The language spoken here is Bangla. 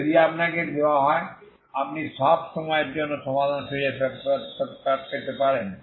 যদি আপনাকে দেওয়া হয় আপনি সব সময়ের জন্য সমাধান খুঁজে পেতে পারেন